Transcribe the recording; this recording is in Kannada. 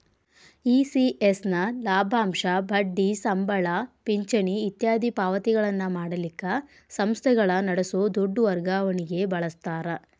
ಇ.ಸಿ.ಎಸ್ ನ ಲಾಭಾಂಶ, ಬಡ್ಡಿ, ಸಂಬಳ, ಪಿಂಚಣಿ ಇತ್ಯಾದಿ ಪಾವತಿಗಳನ್ನ ಮಾಡಲಿಕ್ಕ ಸಂಸ್ಥೆಗಳ ನಡಸೊ ದೊಡ್ ವರ್ಗಾವಣಿಗೆ ಬಳಸ್ತಾರ